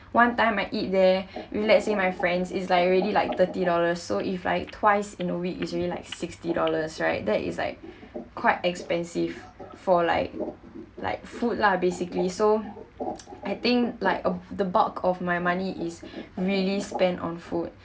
one time I eat there with let's say my friends is like already like thirty dollars so if like twice in a week is already like sixty dollars right that is like quite expensive for like like food lah basically so I think like uh the bulk of my money is really spent on food